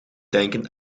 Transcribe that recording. denken